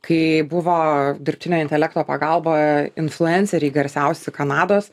kai buvo dirbtinio intelekto pagalba influenceriai garsiausi kanados